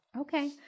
Okay